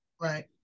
Right